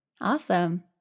Awesome